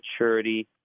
maturity